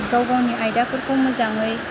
गाव गावनि आयदाफोरखौ मोजाङै